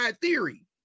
theory